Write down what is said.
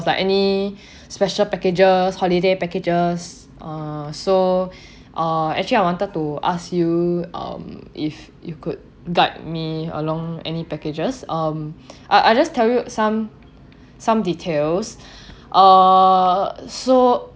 like any special packages holiday packages uh so uh actually I wanted to ask you um if you could guide me along any packages um I I just tell you some some details err so